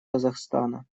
казахстана